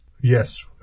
Yes